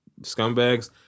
scumbags